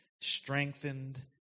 strengthened